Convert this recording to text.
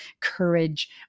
courage